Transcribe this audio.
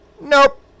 Nope